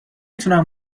تونم